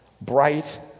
bright